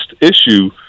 issue